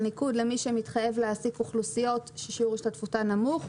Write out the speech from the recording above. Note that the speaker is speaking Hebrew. של ניקוד למי שמתחייב להעסיק אוכלוסיות ששיעור השתתפותן נמוך.